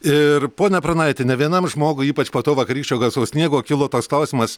ir pone pranaiti ne vienam žmogui ypač po to vakarykščio gausaus sniego kilo toks klausimas